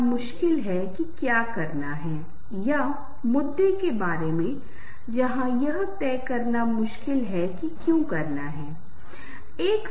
rhythm वह चीज है जिसके बारे में हमने बात की जब हम बराबर अंतराल के बारे में बात करते हैं जैसे कि तबला या ड्रम यह भी कुछ ऐसा है जो बहुत बार दृश्य में पाया जाता है